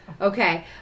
Okay